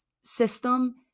system